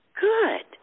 Good